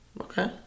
Okay